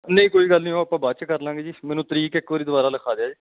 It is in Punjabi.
ਨਹੀਂ ਕੋਈ ਗੱਲ ਨਹੀਂ ਉਹ ਆਪਾਂ ਬਾਅਦ 'ਚ ਕਰ ਲਵਾਂਗੇ ਜੀ ਮੈਨੂੰ ਤਰੀਕ ਇੱਕ ਵਾਰੀ ਦੁਬਾਰਾ ਲਿਖਾ ਦਿਓ ਜੀ